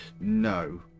No